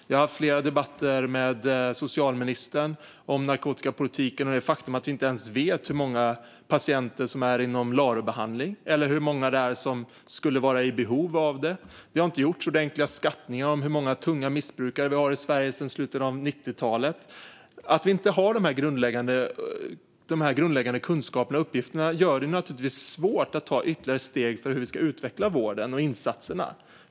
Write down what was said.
Jag har haft flera debatter med socialministern om narkotikapolitiken och det faktum att vi inte ens vet hur många patienter som får LARO-behandling eller hur många som skulle vara i behov av det. Det har inte gjorts ordentliga skattningar sedan slutet av 90-talet av hur många tunga missbrukare vi har i Sverige. Att vi inte har de här grundläggande kunskaperna och uppgifterna gör det naturligtvis svårt att ta ytterligare steg för hur vi ska utveckla vården och insatserna.